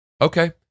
Okay